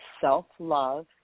self-love